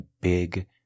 big